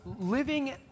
living